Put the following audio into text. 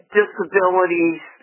disabilities